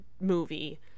movie